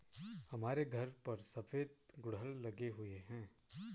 हमारे घर पर सफेद गुड़हल लगे हुए हैं